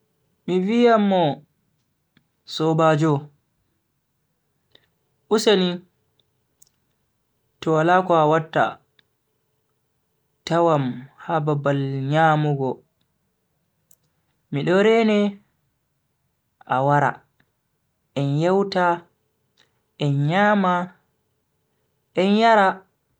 Mi viyan mo sobajo useni to wala ko awatta tawam ha babal nyamugo mido rene a wara en yewta en nyama en yara.